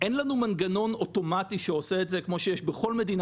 אין לנו מנגנון אוטומטי שעושה את זה כמו שיש בכל מדינה